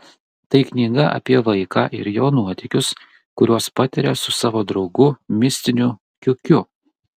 tai knyga apie vaiką ir jo nuotykius kuriuos patiria su savo draugu mistiniu kiukiu